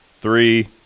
Three